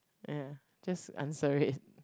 ya just answer it